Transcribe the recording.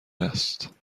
است